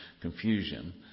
confusion